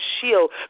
shield